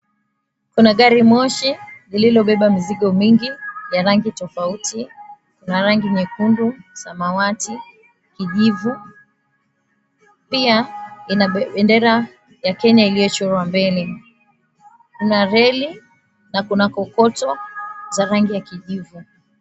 Kuna gari moshi lililobeba mizigo mingi ya rangi tofauti; kuna rangi nyekundu, samawati, kijivu, pia ina bendera ya Kenya iliyochorwa mbele. Kuna reli, na kuna kokoto za rangi ya kijivu.